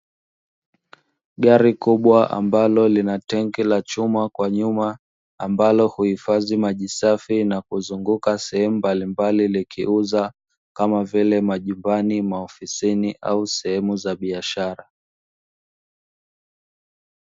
Gari kubwa ambalo lina tenki la chuma kwa nyuma, ambalo huhifadhi maji safi na kuzunguka sehemu mbalimbali likiuza, kama vile; majumbani, maofisini au sehemu za biashara.